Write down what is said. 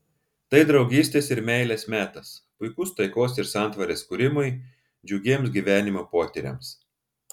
tai draugystės ir meilės metas puikus taikos ir santarvės kūrimui džiugiems gyvenimo potyriams